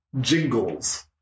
jingles